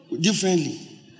differently